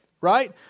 right